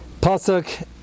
Pasuk